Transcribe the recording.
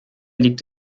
liegt